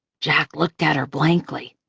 jack looked at her blankly.